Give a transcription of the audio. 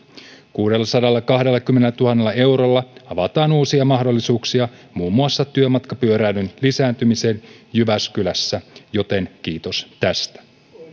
kuudellasadallakahdellakymmenellätuhannella eurolla avataan uusia mahdollisuuksia muun muassa työmatkapyöräilyn lisääntymiseen jyväskylässä joten kiitos tästä